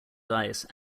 dice